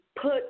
put